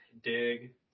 Dig